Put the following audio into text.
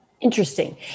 Interesting